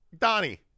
Donnie